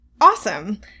awesome